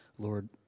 Lord